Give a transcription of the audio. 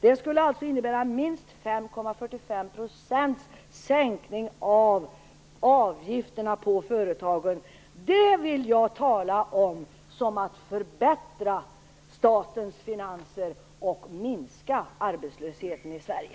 Det skulle innebära en sänkning på minst 5,45 % av avgifterna på företagen. Det vill jag kalla att förbättra statens finanser och minska arbetslösheten i Sverige.